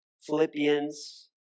Philippians